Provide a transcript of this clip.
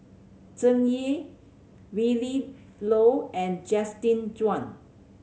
Tsung Yeh Willin Low and Justin Zhuang